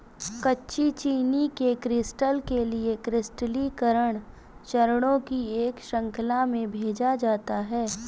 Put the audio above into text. कच्ची चीनी के क्रिस्टल के लिए क्रिस्टलीकरण चरणों की एक श्रृंखला में भेजा जाता है